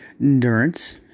endurance